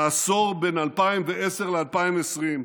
העשור בין 2010 ל-2020,